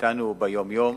מאתנו ביום-יום,